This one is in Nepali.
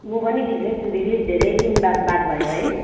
म पनि ठिकै छु दिदी धेरै दिन बाद बात भयो है